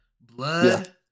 blood